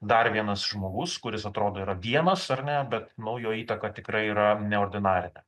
dar vienas žmogus kuris atrodo yra vienas ar ne bet nu jo įtaka tikrai yra neordinarinė